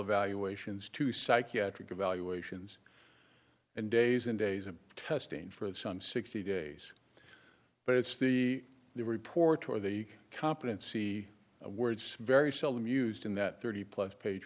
evaluations two psychiatric evaluations and days and days of testing for it some sixty days but it's the the report or the competency words very seldom used in that thirty plus page